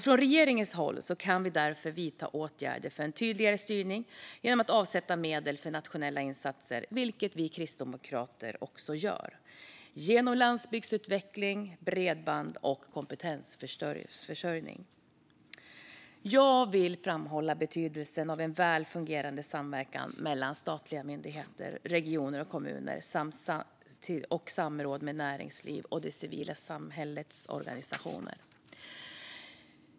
Från regeringens håll kan man därför vidta åtgärder för en tydligare styrning genom att avsätta medel för nationella insatser, vilket vi kristdemokrater också gör, genom landsbygdsutveckling, bredband och kompetensförsörjning. Jag vill framhålla betydelsen av en väl fungerande samverkan mellan statliga myndigheter, regioner och kommuner samt samråd med näringsliv och det civila samhällets organisationer.